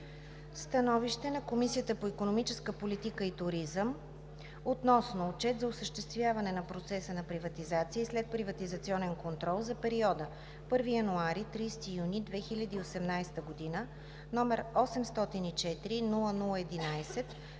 „СТАНОВИЩЕ на Комисията по икономическа политика и туризъм относно Отчет за осъществяване на процеса на приватизация и следприватизационен контрол за периода 1 януари – 30 юни 2018 г., № 804-00-11,